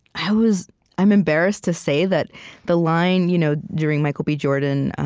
i was i'm embarrassed to say that the line you know during michael b. jordan,